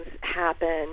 happen